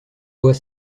voit